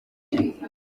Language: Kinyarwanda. gihe